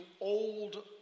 old